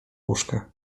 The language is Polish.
łóżka